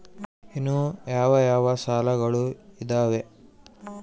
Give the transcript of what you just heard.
ಇನ್ನು ಯಾವ ಯಾವ ಸಾಲಗಳು ಇದಾವೆ?